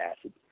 acid